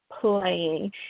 playing